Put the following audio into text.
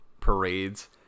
parades